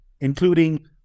including